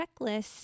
checklist